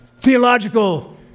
theological